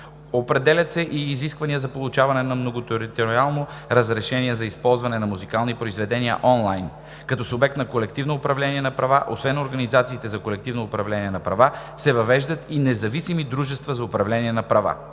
Определят се и изискванията за получаване на многотериториално разрешение за използване на музикални произведения онлайн. Като субект на колективно управление на права освен организациите за колективно управление на права се въвеждат и независими дружества за управление на права.